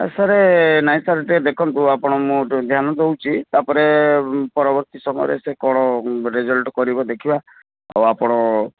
ସାର ନାଇଁ ସାର ଟିକେ ଦେଖନ୍ତୁ ଆପଣ ମୁଁ ଗୋଟେ ଜ୍ଞାନ ଦେଉଛି ତାପରେ ପରବର୍ତ୍ତୀ ସମୟରେ ସେ କ'ଣ ରେଜଲ୍ଟ କରିବ ଦେଖିବା ହଉ ଆପଣ